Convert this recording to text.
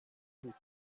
بود